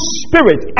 spirit